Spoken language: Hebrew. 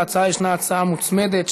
להצעה יש הצעה מוצמדת,